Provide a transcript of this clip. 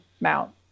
mount